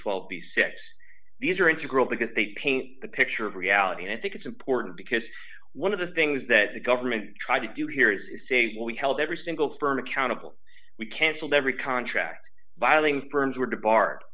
six these are integral because they paint a picture of reality and i think it's important because one of the things that the government tried to do here is say we held every single firm accountable we canceled every contract bottlings burns were debark